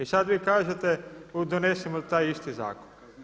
I sada vi kažete donesimo taj isti zakon.